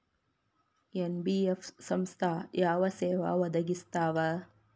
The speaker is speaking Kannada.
ಎನ್.ಬಿ.ಎಫ್ ಸಂಸ್ಥಾ ಯಾವ ಸೇವಾ ಒದಗಿಸ್ತಾವ?